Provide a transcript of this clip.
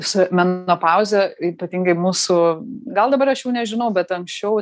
su menopauze ypatingai mūsų gal dabar aš jau nežinau bet anksčiau